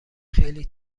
خیلی